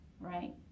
right